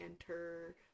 enter